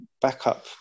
backup